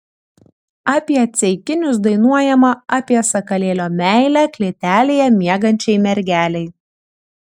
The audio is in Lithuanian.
apie ceikinius dainuojama apie sakalėlio meilę klėtelėje miegančiai mergelei